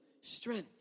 strength